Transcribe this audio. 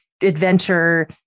adventure